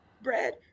bread